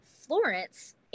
Florence